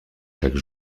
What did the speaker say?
chaque